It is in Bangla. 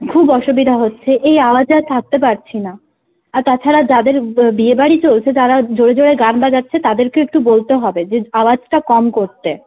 খুব অসুবিধা হচ্ছে এই আওয়াজে আর থাকতে পারছি না আর তাছাড়া যাদের বিয়েবাড়ি চলছে যারা জোরে জোরে গান বাজাচ্ছে তাদেরকেও একটু বলতে হবে যে আওয়াজটা কম করতে